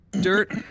dirt